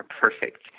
perfect